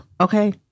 Okay